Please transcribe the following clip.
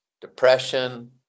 depression